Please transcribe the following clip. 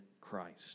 Christ